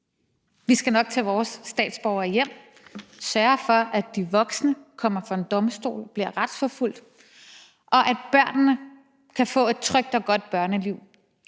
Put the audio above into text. nok skal tage vores statsborgere hjem, sørge for, at de voksne kommer for en domstol, bliver retsforfulgt, og at børnene kan få et trygt og godt børneliv.